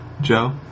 Joe